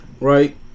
right